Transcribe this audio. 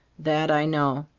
that i know.